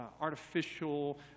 artificial